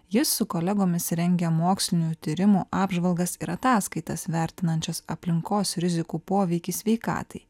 jis su kolegomis rengia mokslinių tyrimų apžvalgas ir ataskaitas vertinančias aplinkos rizikų poveikį sveikatai